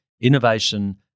innovation